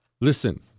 Listen